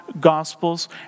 Gospels